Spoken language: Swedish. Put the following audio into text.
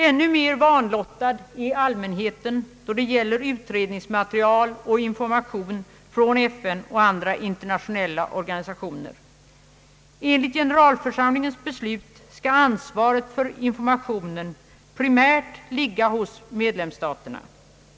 Ännu mer vanlottad är allmänheten då det gäller utredningsmaterial och information från FN och andra internationella organisationer. Enligt generalförsamlingens beslut skall ansvaret för informationen primärt ligga hos medlemsstaterna.